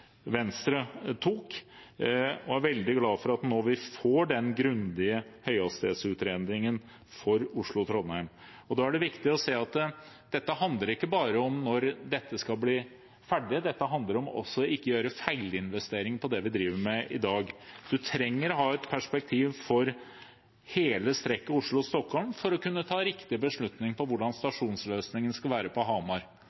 Venstre tok, og jeg er veldig glad for at vi nå får den grundige høyhastighetsutredningen for Oslo–Trondheim. Da er det viktig å se at dette ikke bare handler om når dette skal bli ferdig. Dette handler også om ikke å gjøre feilinvesteringer i det vi driver med i dag. Man trenger å ha et perspektiv for hele strekket Oslo–Stockholm for å kunne ta riktig beslutning om hvordan